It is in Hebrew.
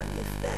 מה אני אעשה?